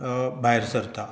भायर सरता